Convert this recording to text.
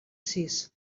sis